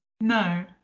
No